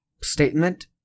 statement